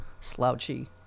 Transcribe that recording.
slouchy